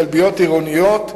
כלביות עירוניות,